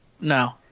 No